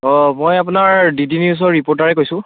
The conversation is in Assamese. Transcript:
অঁ মই আপোনাৰ ডিডি নিউজৰ ৰিপ'ৰ্টাৰে কৈছোঁ